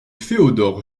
féodor